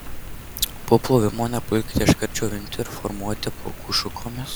po plovimo nepulkite iškart džiovinti ir formuoti plaukų šukomis